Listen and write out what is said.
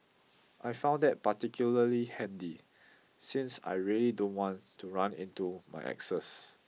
I found that particularly handy since I really don't want to run into my exes